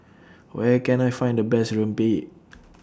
Where Can I Find The Best Rempeyek